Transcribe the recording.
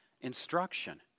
instruction